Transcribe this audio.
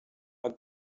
are